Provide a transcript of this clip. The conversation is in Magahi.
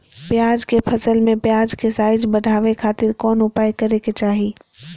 प्याज के फसल में प्याज के साइज बढ़ावे खातिर कौन उपाय करे के चाही?